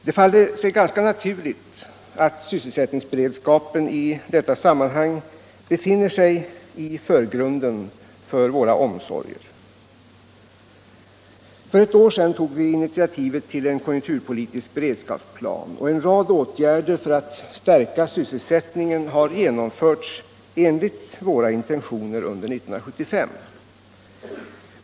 Det faller sig ganska naturligt att sysselsättningsberedskapen i detta sammanhang befinner sig i förgrunden för våra omsorger. För ett år sedan tog vi initiativet till en konjunkturpolitisk beredskapsplan, och en rad åtgärder för att stärka sysselsättningen har genomförts enligt våra intentioner under 1975.